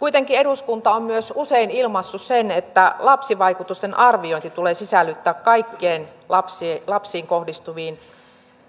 kuitenkin eduskunta on myös usein ilmaissut sen että lapsivaikutusten arviointi tulee sisällyttää kaikkiin lapsiin kohdistuviin